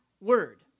word